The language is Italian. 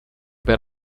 per